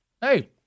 Hey